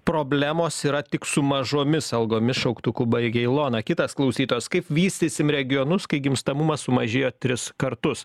problemos yra tik su mažomis algomis šauktuku baigė ilona kitas klausytojas kaip vystysim regionus kai gimstamumas sumažėjo tris kartus